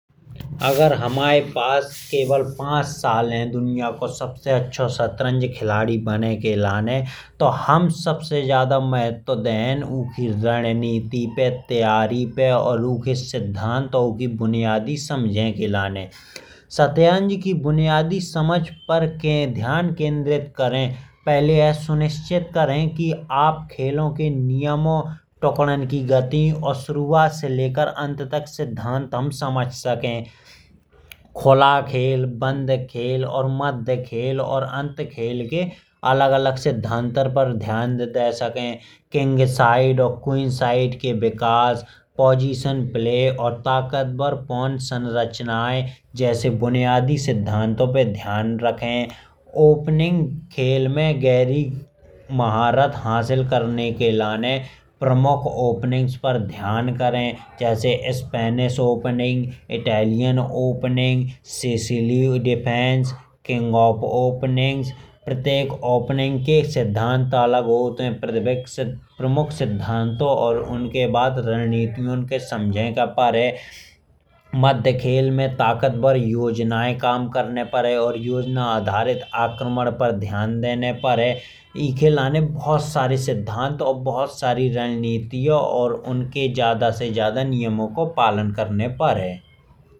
अगर हमाय पास केवल पाँच साल है दुनिया को सबसे अछो शतरंज खिलाड़ी बनान के लाने। तो हम सबसे ज्यादा महत्व देहैं उखी रणनीति में तैयारी पे। और उखे सिद्धांत पे और उखी बुनियादी समझे के लाने। शतरंज की बुनियादी समझ पर ध्यान केंद्रित करे। पहले यह सुनिश्चित करे कि आप खेलों के नियमो टुकड़ा की गति। और शुरुआत से लेकर अंत तक सिद्धांत हम समझ सके। खुला खेल बंद खेल और मध्य खेल और अंत खेल के अलग अलग सिद्धांत पर ध्यान दें सके। किंग साइड और क्वीन साइड के विकास। पोजिशन प्ले और ताकवर कौन संरचना जैसे बुनियादी सिद्धांतों पे ध्यान रखे। ओपनिंग खेल में गहरी महरात हासिल करने के लाने प्रमुख ओपनिंग्स पर ध्यान करे। जैसे Spanish opening Italian opening Sicilian defence king of opening. प्रत्येक ओपनिंग के सिद्धांत अलग होत है। प्रमुख सिद्धांतों और उनके बाद रणनीतियों के समझे के परे मध्य खेल में ताकतवर योजनाएं। काम करने पदेह और योजना आधारित आक्रामण पर ध्यान देने। परेह इके लाने बहुत सारे सिद्धांत और बहुत सारी रणनीतियों पर। और उनके ज्यादा से ज्यादा नियमों को पालन करने पदेह।